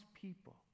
people